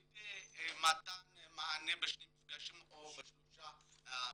במתן מענה בשני מפגשים או בשלושה מפגשים,